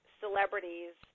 celebrities